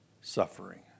suffering